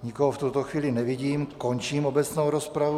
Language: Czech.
Nikoho v tuto chvíli nevidím, končím obecnou rozpravu.